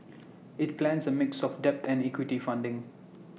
IT plans A mix of debt and equity funding